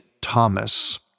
Thomas